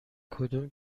کدوم